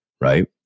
Right